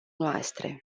noastre